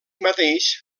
mateix